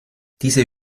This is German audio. diese